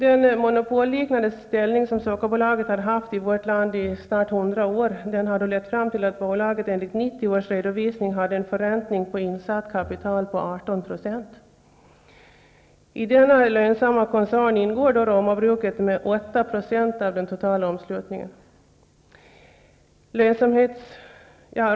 Den monopolliknande ställning som Sockerbolaget har haft i vårt land i snart 100 år har lett fram till att bolaget enligt 1990 års redovisning hade en förräntning på insatt kapital på 18 %. I denna lönsamma koncern ingår Romabruket med 8 % av den totala omslutningen.